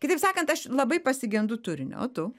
kitaip sakant aš labai pasigendu turinio o tu